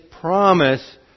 promise